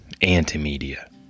anti-media